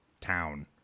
town